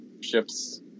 ships